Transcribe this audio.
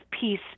peace